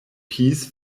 piece